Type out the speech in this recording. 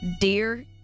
Dear